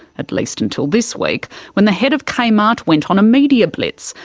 at least until this week when the head of kmart went on a media blitz,